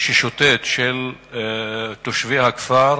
של תושבי הכפר,